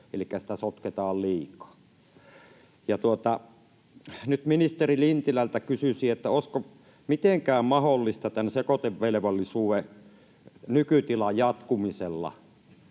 elikkä sitä sotketaan liikaa. Nyt ministeri Lintilältä kysyisin: olisiko mitenkään mahdollista tämän sekoitevelvollisuuden nykytilan jatkuminen?